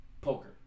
poker